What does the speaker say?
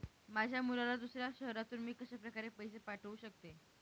माझ्या मुलाला दुसऱ्या शहरातून मी कशाप्रकारे पैसे पाठवू शकते?